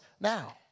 now